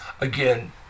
Again